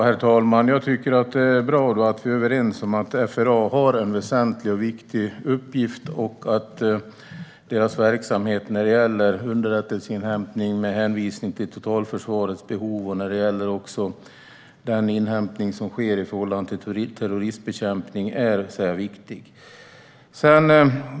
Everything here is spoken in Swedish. Herr talman! Det är bra att vi är överens om att FRA har en väsentlig och viktig uppgift och att deras verksamhet när det gäller underrättelseinhämtning med hänsyn till totalförsvarets behov och den inhämtning som sker i förhållande till terrorismbekämpning är viktig.